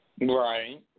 Right